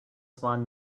spawn